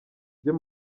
byo